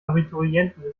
abiturienten